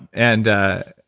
and.